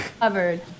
covered